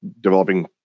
developing